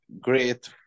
great